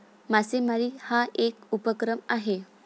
मासेमारी हा एक उपक्रम आहे